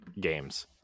games